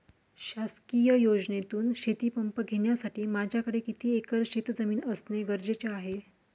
शासकीय योजनेतून शेतीपंप घेण्यासाठी माझ्याकडे किती एकर शेतजमीन असणे गरजेचे आहे?